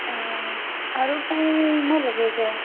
ओ आरो कहीं नै लगै छै